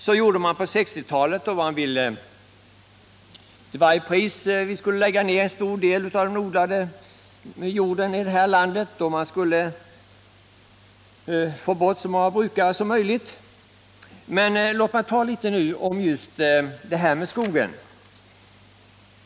Så gjorde man på 1960-talet då man till varje pris skulle lägga ner jordbruk och få bort så många brukare som möjligt. Låt oss se litet närmare på det här med skogen.